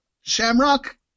Shamrock